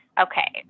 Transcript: Okay